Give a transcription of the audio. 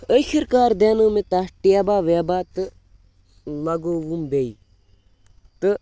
ٲخِر کار دیٛانو مےٚ تَتھ ٹیبَہ ویبَہ تہٕ لَگووُم بیٚیہِ تہٕ